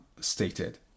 stated